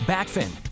Backfin